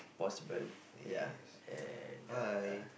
possible ya and uh